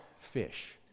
fish